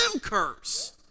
curse